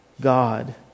God